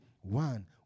one